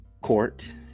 court